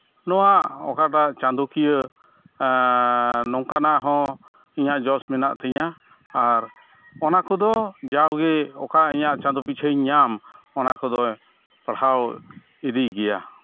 ᱱᱚᱣᱟ ᱚᱠᱟᱴᱟᱜ ᱪᱟᱸᱫᱳᱠᱤᱭᱟᱹ ᱱᱚᱝᱠᱟᱱᱟᱜ ᱦᱚᱸ ᱤᱧᱟᱹᱜ ᱡᱚᱥ ᱢᱮᱱᱟᱜ ᱛᱤᱧᱟᱹ ᱟᱨ ᱚᱱᱟ ᱠᱚᱫᱚ ᱡᱟᱣᱜᱮ ᱚᱠᱟ ᱤᱧᱟᱹᱜ ᱪᱟᱸᱫᱳ ᱯᱤᱪᱷᱟᱹᱧ ᱧᱟᱢ ᱚᱱᱟ ᱠᱚᱫᱚ ᱯᱟᱲᱦᱟᱣ ᱤᱫᱤᱭᱜᱮᱭᱟ